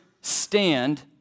stand